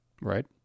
Right